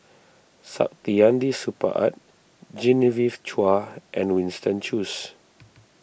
Saktiandi Supaat Genevieve Chua and Winston Choos